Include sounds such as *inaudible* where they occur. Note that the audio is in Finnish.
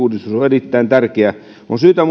erittäin tärkeä meidän kaikkien on syytä *unintelligible*